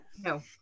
No